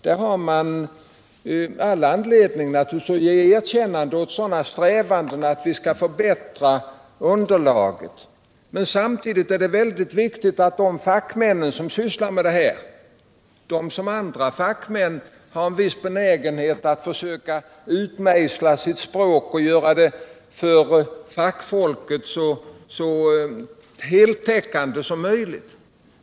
Där har vi naturligtvis all anledning att ge erkännande åt strävanden att förbättra underlaget. Men samtidigt är det mycket viktigt att komma ihåg att de fackmän som sysslar med detta, liksom andra fackmän, har en viss benägenhet att utmejsla sitt språk och göra det för fackfolket så heltäckande som möjligt.